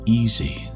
easy